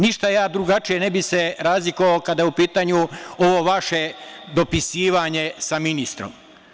Ništa se ja drugačije ne bih razlikovao kada je u pitanju ovo vaše dopisivanje sa ministrom.